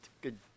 good